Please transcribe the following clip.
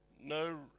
no